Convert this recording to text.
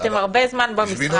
אז ממש לא.